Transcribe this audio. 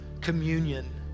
communion